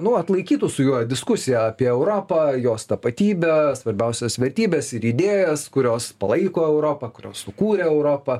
nu atlaikytų su juo diskusiją apie europą jos tapatybę svarbiausias vertybes ir idėjas kurios palaiko europą kurios sukūrė europą